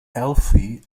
alfie